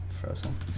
frozen